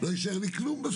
לא יישאר לי כלום בסוף.